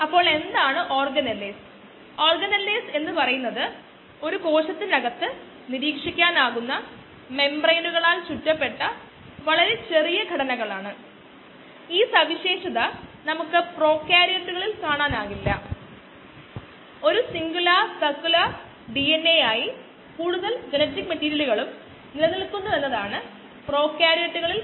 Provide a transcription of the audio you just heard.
നമ്മൾ ഇതിനകം കണ്ട വളർച്ചാ നിരക്കിന്റെ പൊതു മോഡലുകളിൽ ഒന്ന് വാസ്തവത്തിൽ നമ്മൾ കണ്ട ആദ്യത്തെ മോഡൽ rx ആയിരുന്നു ഇത് ഒരു വോള്യൂമെട്രിക് അടിസ്ഥാനത്തിലാണെന്ന് നമുക്കറിയാം